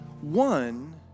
One